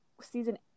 season